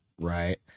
right